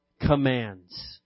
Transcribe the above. commands